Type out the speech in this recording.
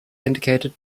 indicated